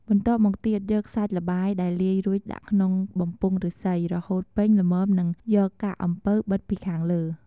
បន្ទាប់មកទៀត យកសាច់ល្បាយដែលលាយរួចដាក់ចូលក្នុងបំពង់ឫស្សី រហូតពេញល្មមនិងយកកាកអំពៅបិទពីខាងលើ។